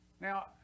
Now